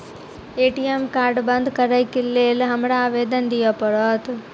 ATM card बंद करैक लेल हमरा आवेदन दिय पड़त?